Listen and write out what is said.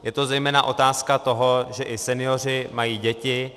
Je to zejména otázka toho, že i senioři mají děti.